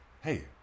hey